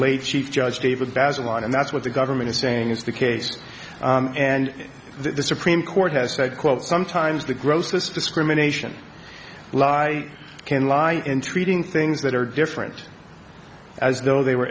late chief judge david basil and that's what the government is saying is the case and the supreme court has said quote sometimes the grossest discrimination lie can lie in treating things that are different as though they were